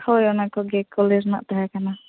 ᱦᱳᱭ ᱚᱱᱟ ᱠᱚᱜᱮ ᱠᱩᱞᱤ ᱨᱮᱱᱟᱜ ᱛᱟᱦᱮᱸᱠᱟᱱᱟ